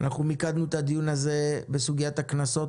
מיקדנו את הדיון הזה בסוגיית הקנסות,